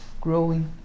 growing